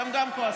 אתם גם כועסים.